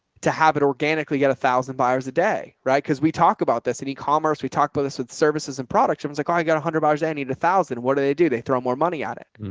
to have it organically get a thousand buyers a day. right? cause we talk about this in e-commerce we talked about this with services and products and was like, oh, i got a a hundred dollars. i need a thousand. what do they do? they throw more money at it.